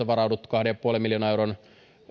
varauduttu kahden pilkku viiden miljoonan euron